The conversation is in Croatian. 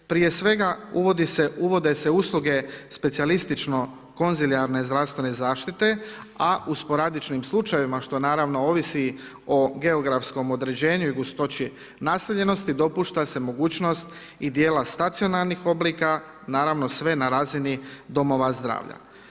Prije svega, uvode se usluge specijalistično konzilijarne zdravstvene zaštite a u sporadičnim slučajevima što naravno ovisi o geografskom određenju i gustoći naseljenosti, dopušta se mogućnost i dijela stacionarnih oblika, naravno sve na razini Domova zdravlja.